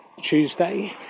Tuesday